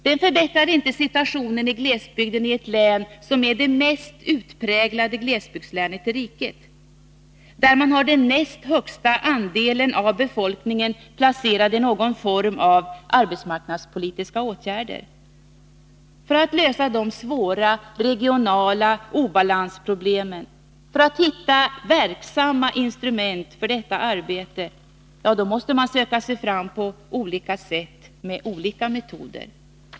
Det förbättrar inte situationen i glesbygden i ett län som är det mest utpräglade glesbygdslänet i riket, det län som ligger näst högst vad gäller andel av befolkningen som är föremål för någon form av arbetsmarknadspolitiska åtgärder. För att lösa de svåra regionala obalansproblemen, för att hitta verksamma instrument för detta arbete, måste man söka sig fram på olika sätt, med olika metoder.